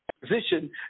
position